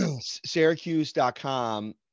syracuse.com